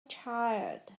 child